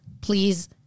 Please